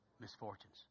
Misfortunes